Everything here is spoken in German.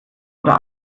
oder